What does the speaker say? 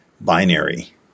binary